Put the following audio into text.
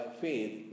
faith